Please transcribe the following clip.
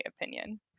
opinion